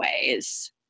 ways